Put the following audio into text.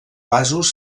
vasos